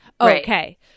Okay